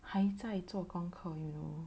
还在做工课 you know